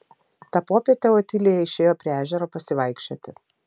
tą popietę otilija išėjo prie ežero pasivaikščioti